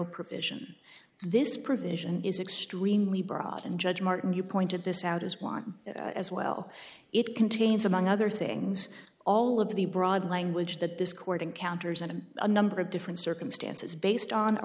provision this provision is extremely broad and judge martin you pointed this out as one as well it contains among other things all of the broad language that this court encounters and a number of different circumstances based on a